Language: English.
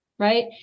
Right